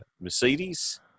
Mercedes